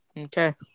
Okay